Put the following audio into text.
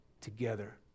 together